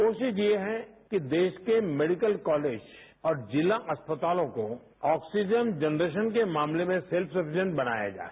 कोशिश ये है कि देश के मेडिकल कॉलेज और जिला अस्पतालों को ऑक्सीजन जनरेशन के मामले में ैमसिनिपिबपमदज बनाया जाए